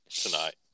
tonight